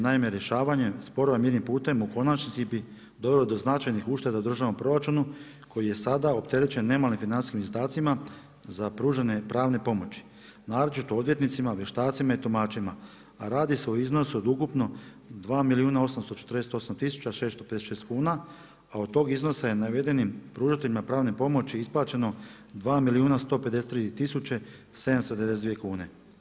Naime, rješavanjem sporova mirnim putem u konačnici bi dovelo do značajnih ušteda u državnom proračunu koji je sada opterećen ne malim financijskim izdacima za pružanje pravne pomoći naročito odvjetnicima, vještacima i tumačima a radi se o iznosu od ukupno 2 milijuna 848 tisuća 656 kuna, a od tog iznosa je navedenim pružateljima pravne pomoći isplaćeno 2 milijuna 153 tisuće 792 kune.